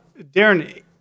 Darren